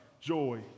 joy